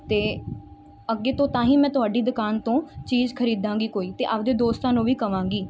ਅਤੇ ਅੱਗੇ ਤੋਂ ਤਾਂ ਹੀ ਮੈਂ ਤੁਹਾਡੀ ਦੁਕਾਨ ਤੋਂ ਚੀਜ਼ ਖਰੀਦਾਂਗੀ ਕੋਈ ਅਤੇ ਆਪਣੇ ਦੋਸਤਾਂ ਨੂੰ ਵੀ ਕਹਾਂਗੀ